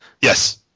Yes